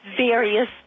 various